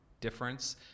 difference